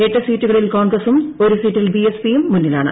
എട്ട് സീറ്റുകളിൽ കോൺഗ്രസും ഒരു സീറ്റിൽ ബിഎസ്പിയും മുന്നീലാണ്